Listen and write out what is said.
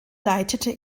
leitete